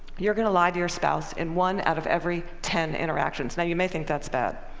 you're going to lie to your spouse in one out of every ten interactions. now, you may think that's bad.